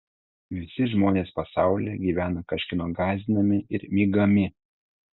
visi žmonės pasaulyje gyvena kažkieno gąsdinami ir mygami